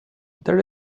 there